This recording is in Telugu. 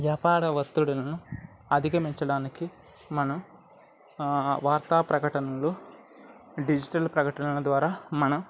వ్యాపర ఒత్తుడులను అధిగమించడానికి మనం వార్తా ప్రకటనలు డిజిటల్ ప్రకటనల ద్వారా మనం